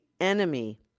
enemy